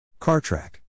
CarTrack